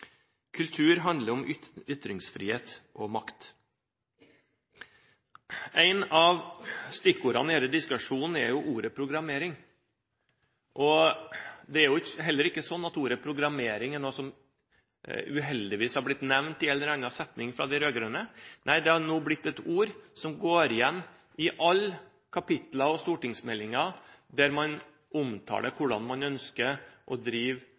Kultur handler om ytringsfrihet og makt. Ett av stikkordene i denne diskusjonen er ordet «programmering». Det er ikke sånn at ordet programmering uheldigvis har blitt nevnt i en eller annen setning fra de rød-grønne. Nei, det er nå et ord som går igjen i alle kapitler og stortingsmeldinger der man omtaler hvordan man ønsker å drive